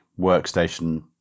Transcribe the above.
workstation